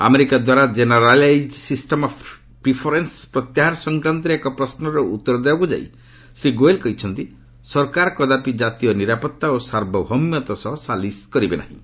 America ଦ୍ୱାରା generalised system of preference ପ୍ରତ୍ୟାହାର ସଂକ୍ରାନ୍ତରେ ଏକ ପ୍ରଶ୍ୱର ଉତ୍ତର ଦେବାକୁ ଯାଇ ଶ୍ରୀ ଗୋଏଲ୍ କହିଛନ୍ତି ସରକାର କଦାପି ଜାତୀୟ ନିରାପତ୍ତା ଓ ସାର୍ବଭୌମତ୍ୱ ସହ ସାଲିସ କରିବେ ନାହିଁ